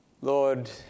Lord